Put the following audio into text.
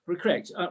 correct